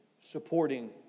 supporting